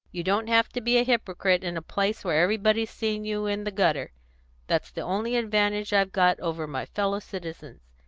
you don't have to be a hypocrite in a place where everybody's seen you in the gutter that's the only advantage i've got over my fellow-citizens,